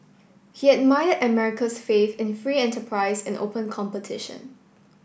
he admired America's faith in free enterprise and open competition